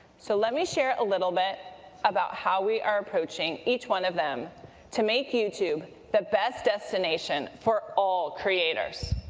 so let me share a little bit about how we are approaching and each one of them to make youtube the best destination for all creators.